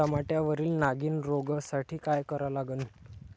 टमाट्यावरील नागीण रोगसाठी काय करा लागन?